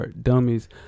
Dummies